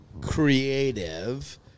creative